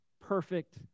perfect